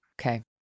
Okay